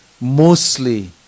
mostly